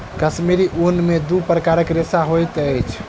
कश्मीरी ऊन में दू प्रकारक रेशा होइत अछि